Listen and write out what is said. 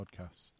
podcasts